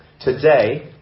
Today